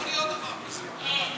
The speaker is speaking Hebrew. אנחנו ממשיכים בסדר-היום.